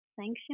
sanction